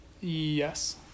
Yes